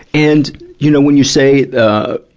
and, you know, when you say, ah,